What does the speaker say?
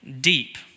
deep